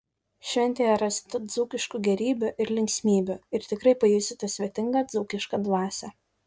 šventėje rasite dzūkiškų gėrybių ir linksmybių ir tikrai pajusite svetingą dzūkišką dvasią